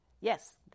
Yes